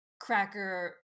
Cracker